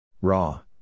Raw